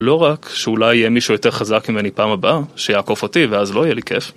לא רק שאולי יהיה מישהו יותר חזק ממני פעם הבאה, שיעקוף אותי ואז לא יהיה לי כיף.